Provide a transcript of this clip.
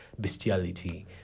bestiality